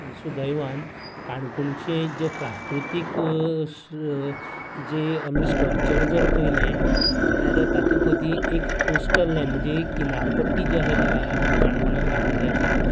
सुदैवान काणकोणचे जे प्राकृतीक जे आमी स्ट्रक्चर जर पळयलें जाल्यार तातूंत मदीं एक कॉस्टल लायन म्हणजे किनार पट्टी जी आसा ती आमच्या काणकोणाक लाभलेली आसा